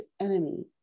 enemy